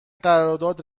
قرارداد